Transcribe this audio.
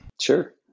Sure